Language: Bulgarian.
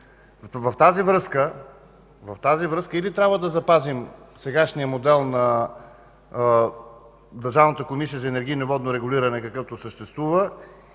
с това или трябва да запазим сегашния модел на Държавната комисия за енергийно и водно регулиране, какъвто съществува,